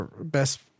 best